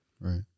Right